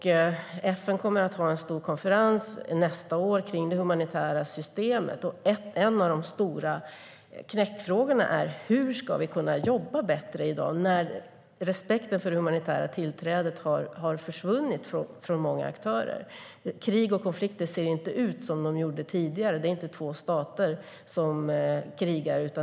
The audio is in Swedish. FN kommer att ha en stor konferens om det humanitära systemet nästa år. En av de stora knäckfrågorna är hur vi ska kunna jobba bättre i dag när respekten för det humanitära tillträdet har försvunnit från många aktörer. Krig och konflikter ser inte ut som tidigare. Det är inte två stater som krigar.